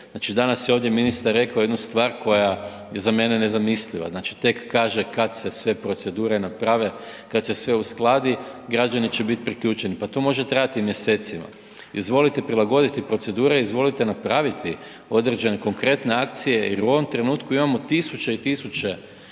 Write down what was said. danas je ovdje ministar reko jednu stvar koja je za mene nezamisliva. Znači, tek kaže kad se sve procedure naprave, kad se sve uskladi, građani će bit priključeni. Pa to može trajati mjesecima. Izvolite prilagoditi procedure, izvolite napraviti određene konkretne akcije jer u ovom trenutku imamo tisuće i tisuće